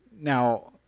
now